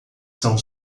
são